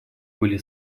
были